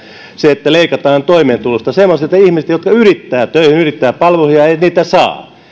että leikataan toimeentulosta sellaisilta ihmisiltä jotka yrittävät töihin yrittävät palveluihin ja eivät niitä saa